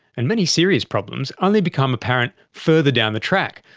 and many serious problems only become apparent further down the track.